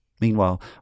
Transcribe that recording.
Meanwhile